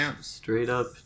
straight-up